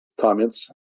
comments